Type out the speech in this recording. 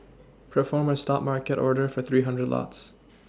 perform a stop market order for three hundred lots